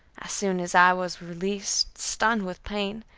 as soon as i was released, stunned with pain,